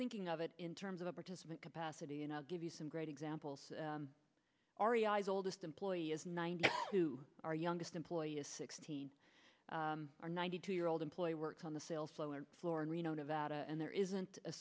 thinking of it in terms of the participant capacity and i'll give you some great examples r e i is oldest employee is ninety two our youngest employee is sixteen our ninety two year old employee works on the sales lower floor in reno nevada and there isn't a